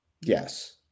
Yes